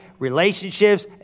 relationships